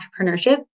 entrepreneurship